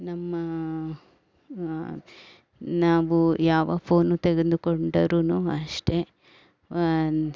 ನಮ್ಮ ನಾವು ಯಾವ ಫೋನು ತೆಗೆದುಕೊಂಡರೂ ಅಷ್ಟೆ